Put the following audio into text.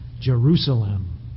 Jerusalem